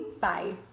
Bye